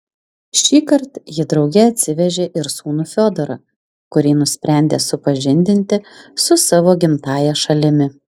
šįkart ji drauge atsivežė ir sūnų fiodorą kurį nusprendė supažindinti su savo gimtąja šalimi